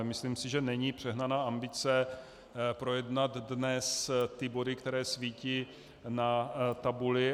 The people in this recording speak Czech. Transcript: Myslím si, že není přehnaná ambice projednat dnes ty body, které svítí na tabuli.